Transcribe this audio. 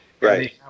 right